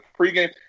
pregame